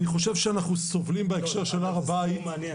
אני חושב שאנחנו -- זה סיפור מעניין